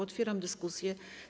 Otwieram dyskusję.